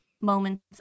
moments